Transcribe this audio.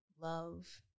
love